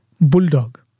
bulldog